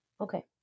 okay